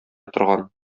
торган